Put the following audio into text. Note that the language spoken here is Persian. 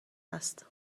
است